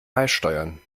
beisteuern